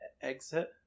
exit